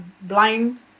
blind